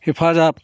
हेफाजाब